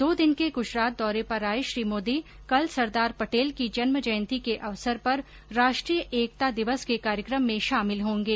दो दिन के गुजरात दौरे पर आए श्री मोदी कल सरदार पटेल की जन्म जयंती के अवसर पर राष्ट्रीय एकता दिवस के कार्यक्रम में शामिल होगें